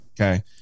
Okay